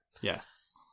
Yes